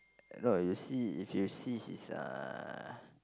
no you see if you see his uh